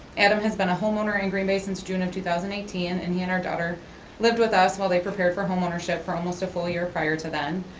adam has been a homeowner in green bay since june of two thousand and eighteen, and and he and our daughter lived with us while they prepared for home ownership for almost a full year prior to then.